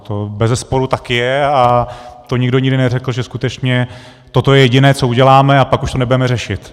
To bezesporu tak je a to nikdo nikdy neřekl, že skutečně toto je jediné, co uděláme, a pak už to nebudeme řešit.